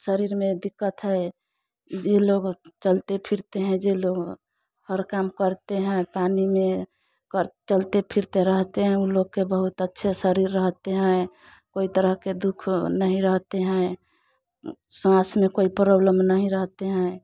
शरीर में दिक्कत है जे लोग चलते फिरते हैं जे लोग हर काम करते हैं पानी में कर चलते फिरते रहते हैं ऊ लोग के बहुत अच्छे शरीर रहते हैं कोई तरह के दुःख नहीं रहते हैं साँस में कोई परोब्लम नहीं रहते हैं